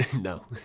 No